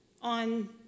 on